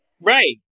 Right